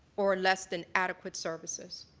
or less than adequate services.